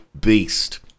beast